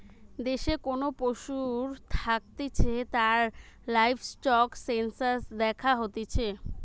দেশে কোন পশু থাকতিছে তার লাইভস্টক সেনসাস দ্যাখা হতিছে